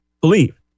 believe